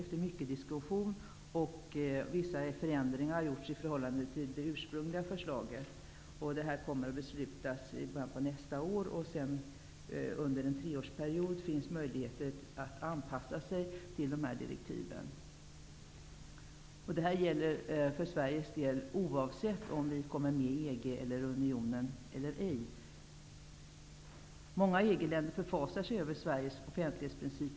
Efter mycket diskussion har vissa förändringar i förhållande till det ursprungliga förslaget genomförts. Beslut kommer att fattas i början av nästa år. Under en treårsperiod finns det sedan möjligheter att anpassa sig till direktiven. För Sveriges del gäller detta oavsett om vi blir medlemmar i EG/EU eller ej. Många EG-länder förfasar sig över Sveriges offentlighetsprincip.